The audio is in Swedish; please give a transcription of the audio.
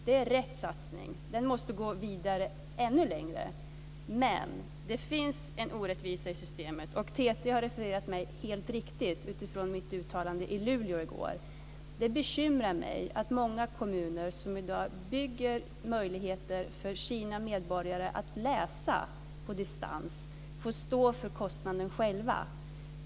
Det är en riktig satsning som vi måste gå vidare med. Men det finns en orättvisa i systemet. TT har refererat mitt uttalande i Luleå i går helt rätt. Det bekymrar mig att många kommuner som i dag ger sina medborgare möjligheter att studera på distans själva får stå för kostnaderna.